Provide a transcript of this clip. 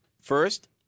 First